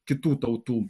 kitų tautų